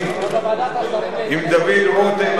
אז אני מזכיר גם את ההצעה שלהם.